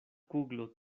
kuglo